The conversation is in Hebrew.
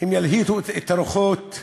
הם ילהיטו את הרוחות.